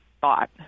thought